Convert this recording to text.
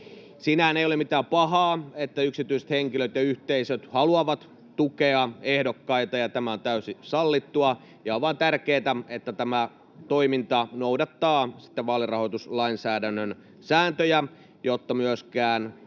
Siinähän ei ole mitään pahaa, että yksityiset henkilöt ja yhteisöt haluavat tukea ehdokkaita, ja tämä on täysin sallittua. Ja on vain tärkeätä, että tämä toiminta noudattaa sitten vaalirahoituslainsäädännön sääntöjä, jotta myöskään